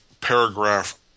paragraph